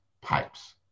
pipes